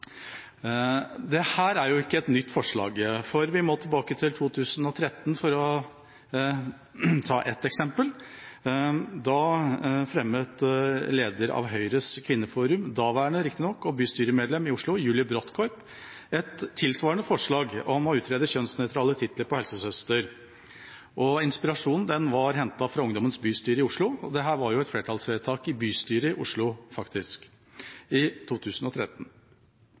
er ikke et nytt forslag. Vi kan gå tilbake til 2013 og ta et eksempel. Da fremmet leder av Høyres kvinneforum, daværende riktignok, og bystyremedlem i Oslo, Julie Brodtkorb, et tilsvarende forslag om å utrede kjønnsnøytral tittel på helsesøster. Inspirasjonen var hentet fra Ungdommens bystyre i Oslo, og det var faktisk et flertallsvedtak i bystyret i Oslo i 2013.